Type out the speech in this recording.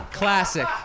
Classic